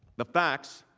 the facts